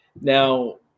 Now